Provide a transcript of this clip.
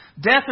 Death